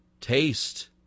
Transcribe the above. TASTE